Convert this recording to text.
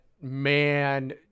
man